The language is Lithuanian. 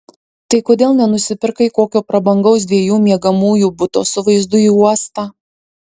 tai kodėl nenusipirkai kokio prabangaus dviejų miegamųjų buto su vaizdu į uostą